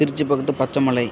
திருச்சி பக்கட்டு பச்சைமலை